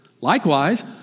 Likewise